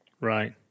Right